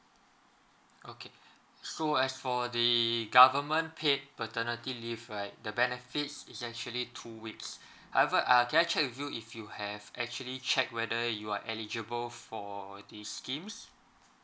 okay so I as for the government paid paternity leave like the benefits is actually two weeks however uh I can I check with you if you have actually check whether you are eligible for the schemes